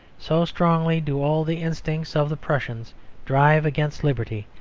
so strongly do all the instincts of the prussian drive against liberty,